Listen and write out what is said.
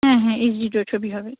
হ্যাঁ হ্যাঁ এইচ ডিতেও ছবি হবে